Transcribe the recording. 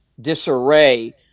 disarray